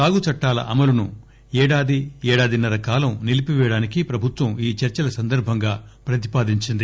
సాగు చట్టాల అమలును ఏడాది ఏడాదిన్నర కాలం నిలిపిపేయడానికి ప్రభుత్వం ఈ చర్చల సందర్బంగా ప్రతిపాదించింది